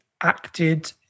acted